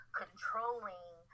controlling